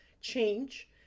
change